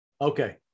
Okay